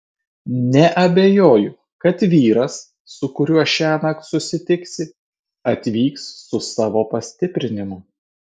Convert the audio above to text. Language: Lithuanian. neabejoju kad vyras su kuriuo šiąnakt susitiksi atvyks su savo pastiprinimu